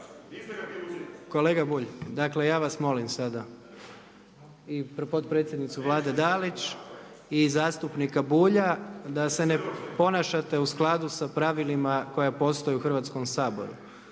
istovremeno, ne razumije se./… i potpredsjednicu Dalić i zastupnika Bulja da se ne ponašate u skladu sa pravilima koja postoje u Hrvatskom saboru.